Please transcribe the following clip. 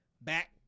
back